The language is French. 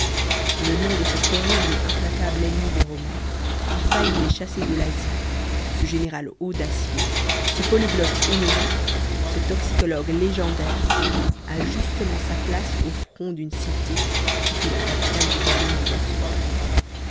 le nom de ce terrible et implacable ennemi des romains qui faillit les chasser de l'asie ce général audacieux ce polyglotte émérite ce toxicologue légendaire a justement sa place au front d'une cité qui fut la capitale du royaume du bosphore